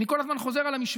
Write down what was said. אני כל הזמן חוזר על המשוואה,